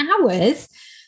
hours